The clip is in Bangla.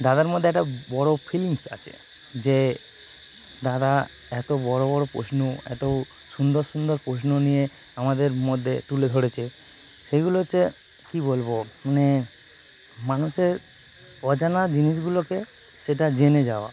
দাদার মধ্যে একটা বড় ফিলিং আছে যে দাদা এত বড় বড় প্রশ্ন এত সুন্দর সুন্দর প্রশ্ন নিয়ে আমাদের মধ্যে তুলে ধরেছে সেগুলো হচ্ছে কী বলব মানে মানুষের অজানা জিনিসগুলোকে সেটা জেনে যাওয়া